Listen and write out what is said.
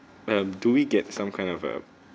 um do we get some kind of err